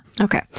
Okay